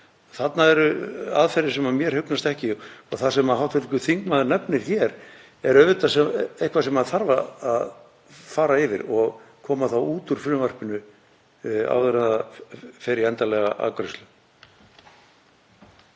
Þetta eru aðferðir sem mér hugnast ekki. Það sem hv. þingmaður nefnir hér er auðvitað eitthvað sem þarf að fara yfir og koma þá út úr frumvarpinu áður en það fer í endanlega afgreiðslu.